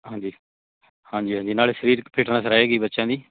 ਹਾਂਜੀ ਹਾਂਜੀ ਹਾਂਜੀ ਨਾਲੇ ਸਰੀਰਕ ਫਿਟਨੈਸ ਰਹੇਗੀ ਬੱਚਿਆਂ ਦੀ